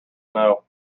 know